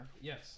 Yes